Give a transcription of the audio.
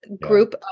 group